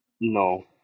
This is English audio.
No